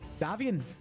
Davian